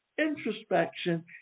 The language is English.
introspection